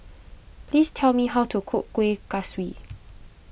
please tell me how to cook Kueh Kaswi